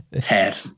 Ted